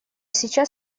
сейчас